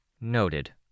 Noted